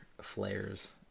flares